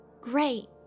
great